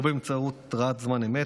או באמצעות התראת זמן אמת,